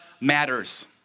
matters